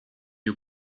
you